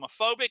homophobic